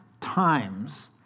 times